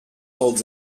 holds